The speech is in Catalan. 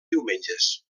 diumenges